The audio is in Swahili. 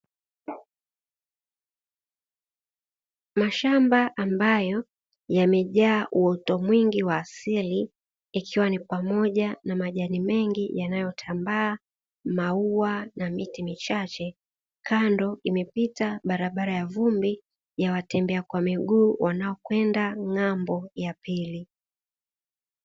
Mashamba ambayo yamejaa uoto mwingi wa asili ikiwa ni pamoja na majani mengi yanayotambaa, maua na miti michache, kando imepita barabara ya vumbi ya watembea kwa miguu inayokwenda ng'ambo ya pili.